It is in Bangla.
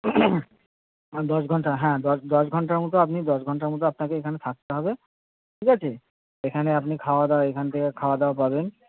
দশ ঘন্টা হ্যাঁ দশ দশ ঘন্টার মতো আপনি দশ ঘন্টার মতো আপনাকে এখানে থাকতে হবে ঠিক আছে এখানে আপনি খাওয়া দাওয়া এখান থেকে খাওয়া দাওয়া পাবেন